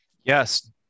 yes